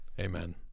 Amen